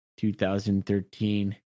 2013